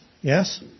Yes